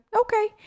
okay